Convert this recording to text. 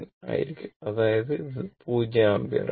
ആയിരിക്കും അതിനാൽ ഇത് 0 ആമ്പിയർ ആണ്